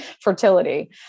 fertility